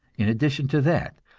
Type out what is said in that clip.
in addition to that,